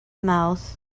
mouth